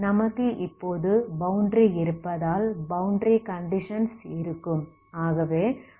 நமக்கு இப்போது பௌண்டரி இருப்பதால் பௌண்டரி கண்டிஷன்ஸ் இருக்கும்